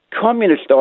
communist